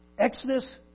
Exodus